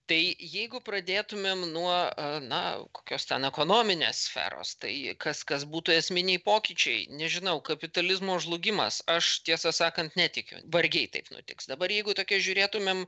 tai jeigu pradėtumėm nuo na kokios ten ekonominės sferos tai kas kas būtų esminiai pokyčiai nežinau kapitalizmo žlugimas aš tiesą sakant netikiu vargiai taip nutiks dabar jeigu tokia žiūrėtumėm